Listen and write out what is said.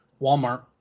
Walmart